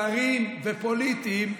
זרים ופוליטיים.